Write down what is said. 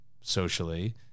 socially